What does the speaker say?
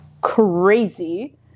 crazy